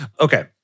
Okay